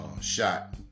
shot